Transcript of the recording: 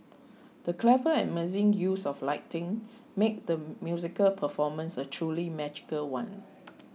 the clever and amazing use of lighting made the musical performance a truly magical one